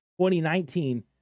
2019